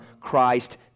Christ